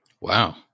wow